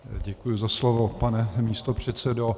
Děkuji za slovo, pane místopředsedo.